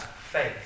faith